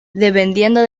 dependiendo